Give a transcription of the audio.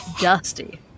Dusty